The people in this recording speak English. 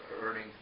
earning